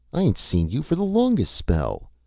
i ain't seen you for the longest spell.